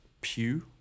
pew